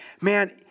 Man